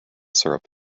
syrup